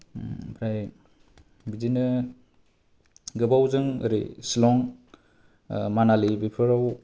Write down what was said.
ओमफ्राय बिदिनो गोबावजों ओरै शिलं मनालि बेफोराव